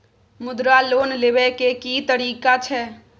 मुद्रा लोन लेबै के की तरीका छै?